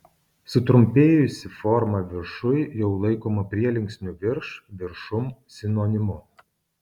sutrumpėjusi forma viršuj jau laikoma prielinksnių virš viršum sinonimu